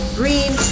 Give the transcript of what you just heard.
green